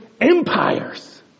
empires